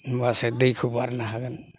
होमबासो दैखौ बारनो हागोन